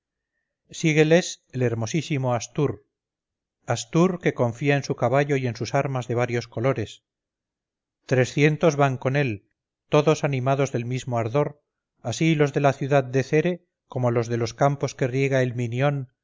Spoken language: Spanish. sígueles el hermosísimo astur astur que confía en su caballo y en sus armas de varios colores trescientos van con él todos animados del mismo ardor así los de la ciudad de cere como los de los campos que riega el minión